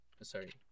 Sorry